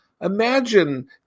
Imagine